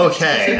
Okay